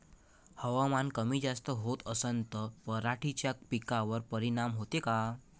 हवामान कमी जास्त होत असन त पराटीच्या पिकावर परिनाम होते का?